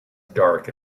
dark